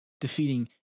defeating